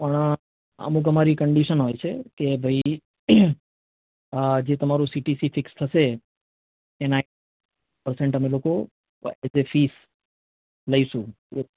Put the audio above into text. પણ અમુક અમારી કન્ડીશન હોય છે કે ભાઈ અ જે તમારું સીટીસી ફિક્સ થશે એના પરસેન્ટ અમે લોકો એટલે ફીસ લઈશું